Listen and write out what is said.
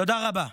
תודה רבה.